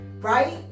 right